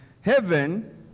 heaven